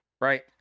Right